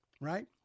right